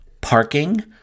parking